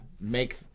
make